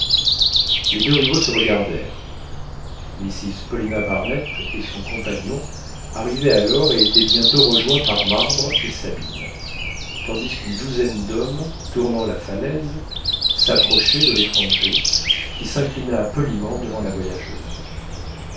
les deux rivaux se regardèrent mrs paulina barnett et son compagnon arrivaient alors et étaient bientôt rejoints par marbre et sabine tandis qu'une douzaine d'hommes tournant la falaise s'approchaient de l'étranger qui s'inclina poliment devant la voyageuse